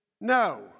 no